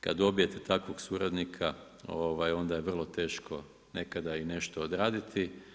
Kad dobijete takvog suradnika, onda je vrlo teško nekada i nešto odraditi.